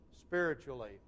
spiritually